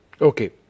Okay